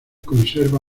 conserva